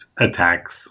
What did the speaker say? attacks